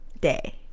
day